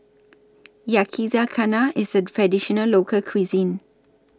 Yakizakana IS A Traditional Local Cuisine